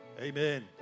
Amen